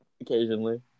Occasionally